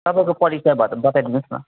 तपाईँको परिचय भा त बताइदिनुहोस् न